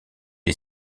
est